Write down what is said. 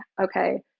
okay